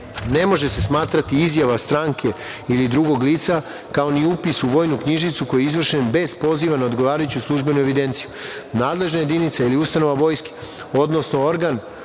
ne može se smatrati izjava stranke ili drugog lica, kao ni upis u vojnu knjižicu koji je izvršen bez poziva na odgovarajuću službenu evidenciju. Nadležna jedinica ili ustanova Vojske, odnosno organ